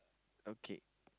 okay